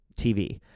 TV